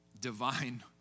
divine